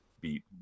beat